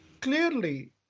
Clearly